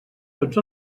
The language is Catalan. tots